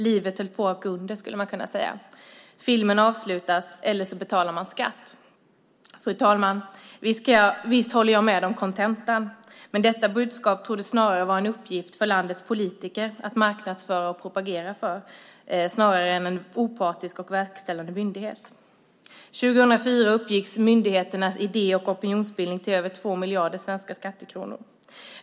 Livet höll på att gå under, skulle man kunna säga. Filmen avslutades: Eller så betalar man skatt. Fru talman! Visst håller jag med om kontentan, men detta budskap torde snarare vara en uppgift för landets politiker att marknadsföra och propagera för, snarare än för en opartisk och verkställande myndighet. År 2004 uppgick kostnaderna för myndigheternas idé och opinionsbildning till över 2 miljarder svenska skattekronor.